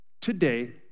today